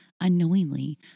unknowingly